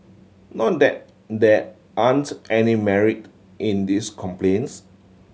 not that there aren't any merit in these complaints